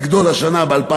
השנה.